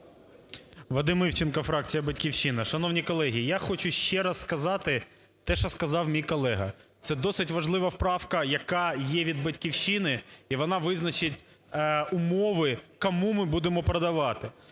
Вадим Івченко, фракція "Батьківщина". Шановні колеги. Я хочу ще раз сказати те, що сказав мій колеги, це досить важлива правка, яка є від "Батьківщина", і вона визначить умови, кому ми будемо продавати.